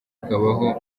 ukabaho